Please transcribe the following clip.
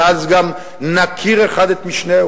ואז גם נכיר איש את משנהו.